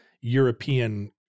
European